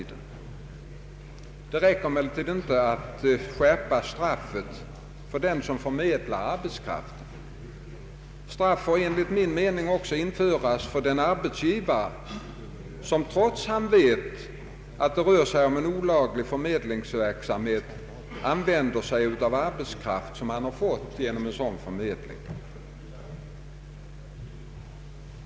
Det räcker emellertid inte att skärpa straffet för den som förmedlar arbetskraften. Straff måste enligt min mening också införas för den arbetsgivare som trots att han vet, att olaglig förmedlingsverksamhet föreligger, använder sig av arbetskraft som han har fått genom sådan förmedling.